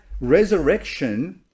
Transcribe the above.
resurrection